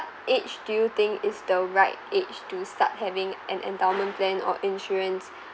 age do you think is the right age to start having an endowment plan or insurance